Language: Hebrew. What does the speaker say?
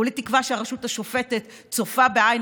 כולי תקווה שהרשות השופטת צופה בעין